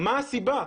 מה הסיבה?